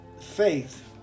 faith